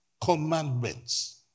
commandments